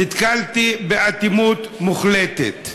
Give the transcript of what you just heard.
נתקלתי באטימות מוחלטת.